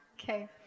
Okay